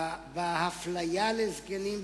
באפליה של זקנים בקופות-החולים,